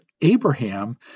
Abraham